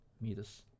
meters